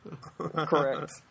Correct